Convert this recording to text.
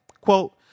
Quote